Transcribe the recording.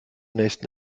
nächsten